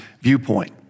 viewpoint